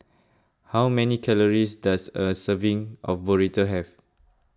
how many calories does a serving of Burrito have